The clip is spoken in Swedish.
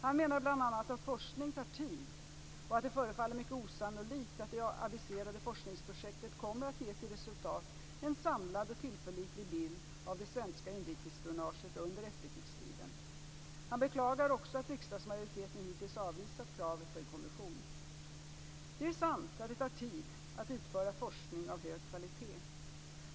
Han menar bl.a. att forskning tar tid och att det förefaller mycket osannolikt att det aviserade forskningsprojektet kommer att ge till resultat en samlad och tillförlitlig bild av det svenska inrikesspionaget under efterkrigstiden. Han beklagar också att riksdagsmajoriteten hittills avvisat kraven på en kommission. Det är sant att det tar tid att utföra forskning av hög kvalitet.